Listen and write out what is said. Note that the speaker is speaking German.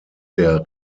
der